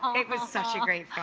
um it was such a great